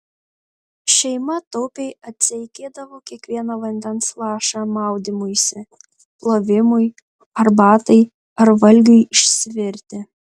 šeima taupiai atseikėdavo kiekvieną vandens lašą maudymuisi plovimui arbatai ar valgiui išsivirti